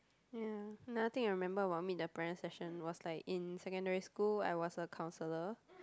ya another thing I remembered while meet the parent session was like in secondary school I was a councilor